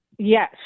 Yes